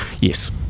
Yes